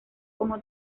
como